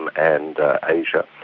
and and asia,